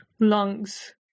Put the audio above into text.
Lungs